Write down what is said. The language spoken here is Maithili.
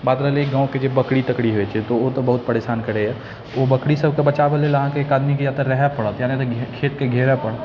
बात रहलै गाँवके जे बकरी तकरी होइ छै तऽ ओ तऽ बहुत परेशान करैए ओ बकरी सबके बचाबै लेल अहाँके एक आदमीके या तऽ रहऽ परत या नहि तऽ खेतके घेरऽ परत